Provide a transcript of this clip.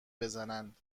بزنند